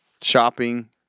shopping